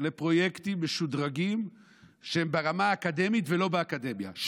לפרויקטים משודרגים שהם ברמה האקדמית ולא באקדמיה,